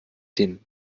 den